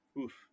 Oof